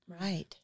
Right